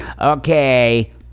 Okay